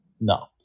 No